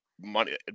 money